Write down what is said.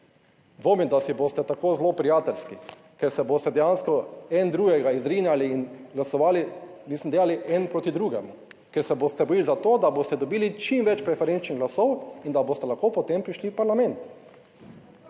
Dvomim, da si boste tako zelo prijateljski, ker se boste dejansko en drugega izrinjali in glasovali, mislim delali en proti drugemu, ker se boste borili za to, da boste dobili čim več preferenčnih glasov in da boste lahko potem prišli v parlament.